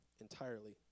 entirely